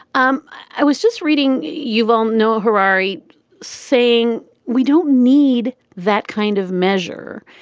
um i was just reading you won't know harare saying we don't need that kind of measure,